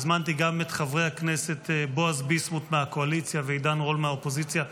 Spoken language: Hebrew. הזמנתי גם את חברי הכנסת בועז ביסמוט מהקואליציה ועידן רול מהאופוזיציה,